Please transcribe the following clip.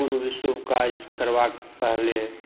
कोनो भी शुभ काज करबाक पहिने